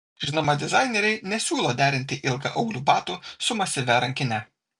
žinoma dizaineriai nesiūlo derinti ilgaaulių batų su masyvia rankine